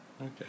Okay